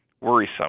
worrisome